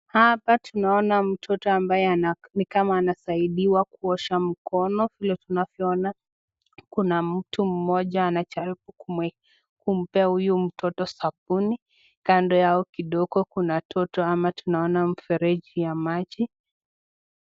Hapa tunaona mtoto ambae nikama anasaidiwa kuosha mkono. Vile tunavyoona kuna mtu mmoja anajaribu kumpea huyu mtoto sabuni. Kando yao kidogo kuna toto ama tunaona mfereji ya maji.